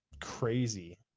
crazy